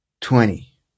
twenty